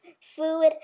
food